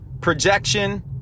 projection